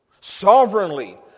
Sovereignly